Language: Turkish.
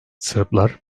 sırplar